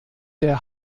der